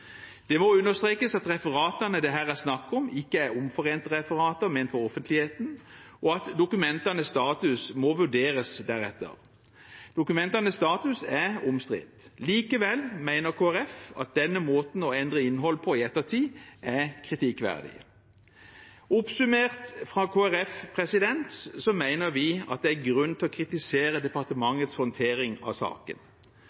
Det må understrekes at referatene det her er snakk om, ikke er omforente referater som er ment for offentligheten, og at dokumentenes status må vurderes deretter. Dokumentenes status er omstridt, likevel mener Kristelig Folkeparti at denne måten å endre innhold på i ettertid er kritikkverdig. Oppsummert, fra Kristelig Folkepartis side, mener vi at det er grunn til å kritisere